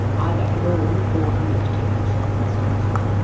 either at all, or under particular circumstances.